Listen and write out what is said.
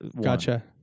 Gotcha